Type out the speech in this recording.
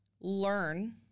learn